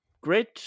great